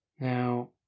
Now